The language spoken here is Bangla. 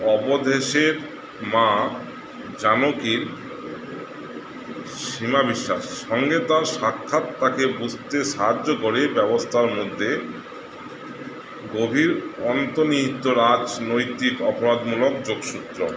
অবধেশের মা জানকীর সীমা বিশ্বাস সঙ্গে তার সাক্ষাৎ তাকে বুঝতে সাহায্য করে ব্যবস্থার মধ্যে গভীর অন্তর্নিহিত রাজনৈতিক অপরাধমূলক যোগসূত্র